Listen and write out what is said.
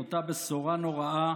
עם אותה בשורה נוראה